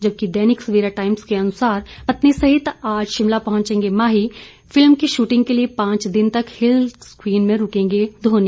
जबकि दैनिक सवेरा टाइम्स के अनुसार पत्नी सहित आज शिमला पहुंचेगे माही फिल्म की शूटिंग के लिए पांच दिन तक हिल्स क्वीन में रूकेंगे धोनी